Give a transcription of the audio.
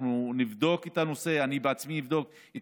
אנחנו נבדוק את הנושא אני בעצמי אבדוק את